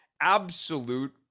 absolute